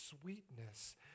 sweetness